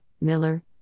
Miller